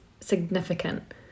significant